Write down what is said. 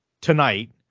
tonight